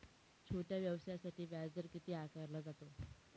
छोट्या व्यवसायासाठी व्याजदर किती आकारला जातो?